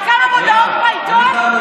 על כמה מודעות בעיתון?